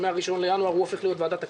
שמה-1 בינואר החשכ"ל הופך להיות ועדת הכספים,